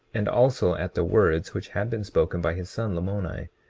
and also at the words which had been spoken by his son lamoni,